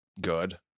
good